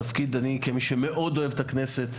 אני כמי שמאוד אוהב את הכנסת,